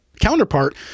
counterpart